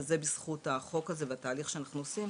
וזה בזכות החוק הזה והתהליך שאנחנו עושים,